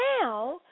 now